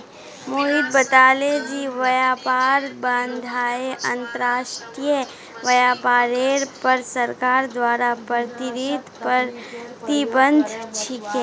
मोहित बताले जे व्यापार बाधाएं अंतर्राष्ट्रीय व्यापारेर पर सरकार द्वारा प्रेरित प्रतिबंध छिके